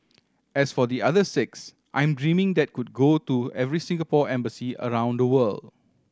as for the other six I'm dreaming that could go to every Singapore embassy around the world